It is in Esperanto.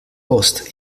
post